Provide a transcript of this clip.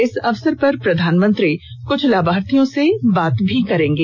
इस अवसर पर प्रधानमंत्री कुछ लाभार्थियों से भी बात करेंगे